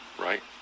right